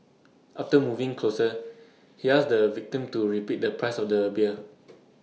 after moving closer he asked the victim to repeat the price of the beer